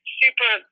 super